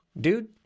dude